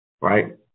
right